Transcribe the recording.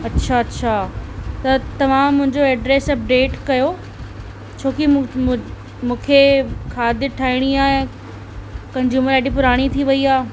अच्छा अच्छा त तव्हां मुंहिंजो एड्रेस अपडेट कयो छोकि मुं मूंखे खाद ठाहिणी कंज़्यूमर आई डी पुराणी थी वई आहे